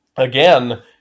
Again